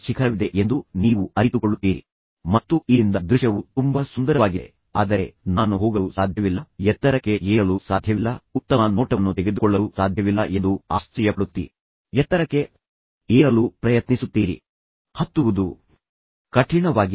ಆ ವಿಷಯಗಳನ್ನು ನೆನಪಿಸಿಕೊಳ್ಳಿ ಮತ್ತು ನಂತರ ಅವರು ನಿಜವಾಗಿಯೂ ವಿಶ್ವಾಸಾರ್ಹರಾಗಿದ್ದಾರೆ ಎಂದು ಅವರಿಗೆ ಮನವರಿಕೆ ಮಾಡಿಕೊಡಿ ನಂತರ ಅವರು ನಿಜವಾಗಿಯೂ ಒಬ್ಬರನ್ನೊಬ್ಬರು ಪ್ರೀತಿಸುತ್ತಿದ್ದಾರೆ ಆದರೆ ನಡುವೆ ಏನೋ ವಾಸ್ತವವಾಗಿ ಈ ಘರ್ಷಣೆ ಗೆ ಕಾರಣವಾಗಿದೆ